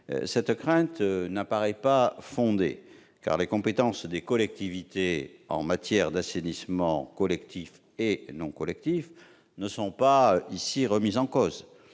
Cette crainte n'est pas fondée, car les compétences des collectivités territoriales en matière d'assainissement collectif et non collectif ne sont pas remises en cause.